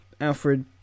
Alfred